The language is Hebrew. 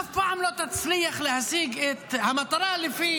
אף פעם לא תצליח להשיג את המטרה לפי